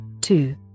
two